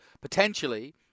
potentially